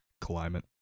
climate